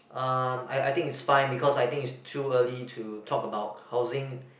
ah I I think it's fine because I think it's too early to talk about housing